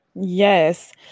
Yes